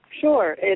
Sure